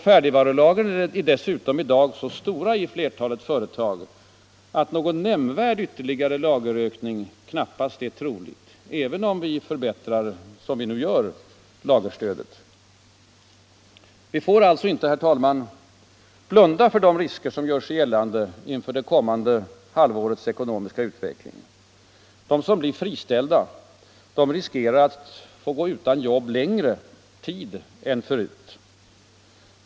Färdigvarulagren är dessutom i dag så stora i flertalet företag att någon nämnvärd ytterligare lagerökning knappast är trolig även om vi, såsom ju sker, förbättrar lagerstödet. Vi får alltså inte, herr talman, blunda för de risker som gör sig gällande inför det kommande halvårets ekonomiska utveckling. De som blir friställda riskerar att få gå utan arbete längre tid än förut.